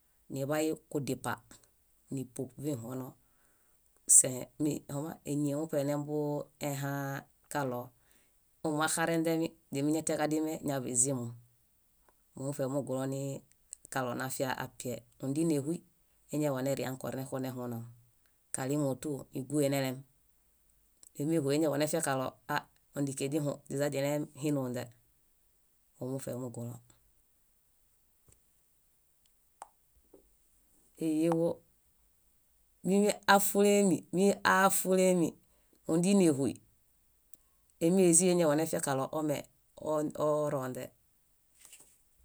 . Niḃayu kudipa nípub vihuono se- eñie muṗe nembuehã kaɭo ómu maxareinźemi, źiñatian kadime źiñaḃanizimu. Mómufe mugulõ kaɭo nafia apiae. Óndinehuy eñaḃanefia kaɭo ah óndiken dihũ źiźaźilem hinuinźe. Móo mufe mugulõ. Éhieḃo mími afulemi, míafulemi émiezii, eñaḃanefiakaɭo ome oroźe.